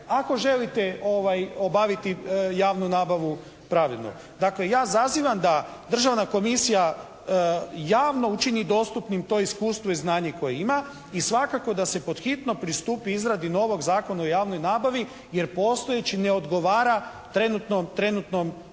ako želite obaviti javnu nabavu pravedno. Dakle, ja zazivam da Državna komisija javno učini dostupnim to iskustvo i znanje koje ima i svakako da se podhitno pristupi izradi novog Zakona o javnoj nabavi jer postojeći ne odgovara trenutnom životu,